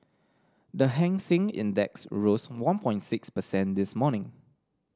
the Hang Seng Index rose one point six percent this morning